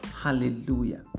Hallelujah